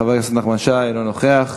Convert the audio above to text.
חבר הכנסת נחמן שי, לא נוכח.